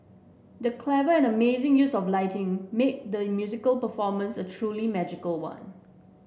the clever and amazing use of lighting made the musical performance a truly magical one